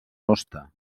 hoste